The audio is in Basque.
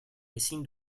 ezin